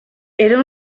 era